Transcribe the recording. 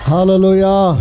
Hallelujah